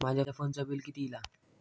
माझ्या फोनचा बिल किती इला?